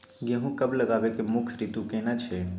गेहूं कब लगाबै के मुख्य रीतु केना छै?